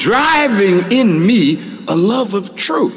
driving in me a love of tru